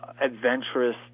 adventurous